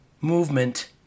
movement